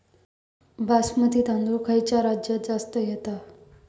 बासमती तांदूळ खयच्या राज्यात जास्त येता?